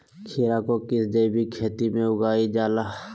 खीरा को किस जैविक खेती में उगाई जाला?